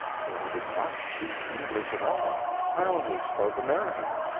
for i did not speak english at all i only spoke american.